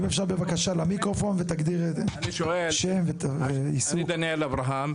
אני דניאל אברהם,